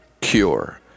cure